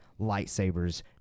lightsabers